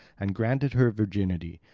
and granted her virginity,